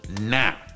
now